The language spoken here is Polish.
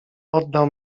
oddał